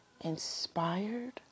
inspired